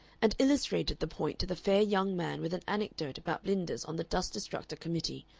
and illustrated the point to the fair young man with an anecdote about blinders on the dust destructor committee,